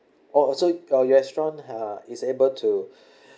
oh oh so uh your restaurant uh is able to